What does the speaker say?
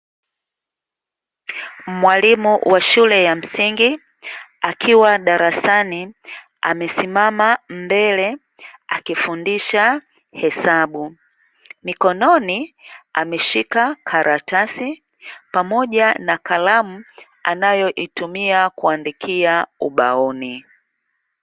Mwalimu wa shule ya msingi akiwa darasani, amesimama mbele akifundisha hesabu, mikononi ameshika karatasi pamoja na kalamu anayoitumia kuandikia ubaoni.